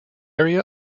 area